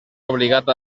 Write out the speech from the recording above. obligat